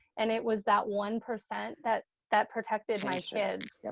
and it was that one percent that that protected my kids. yeah